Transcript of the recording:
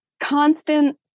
Constant